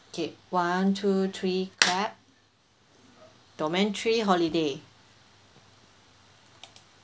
K one two three clap domain three holiday